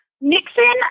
Nixon